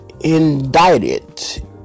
indicted